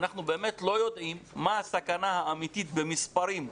אנחנו באמת לא יודעים מה הסכנה האמיתית במספרים.